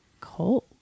cold